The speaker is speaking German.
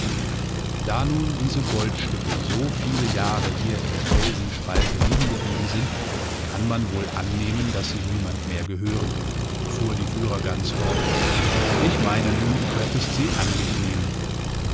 da nun diese goldstücke so viele jahre hier in der felsenspalte liegen geblieben sind kann man wohl annehmen daß sie niemand mehr gehören fuhr die führergans fort und ich meine nun du könntest sie an dich nehmen